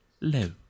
low